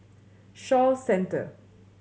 Shaw Centre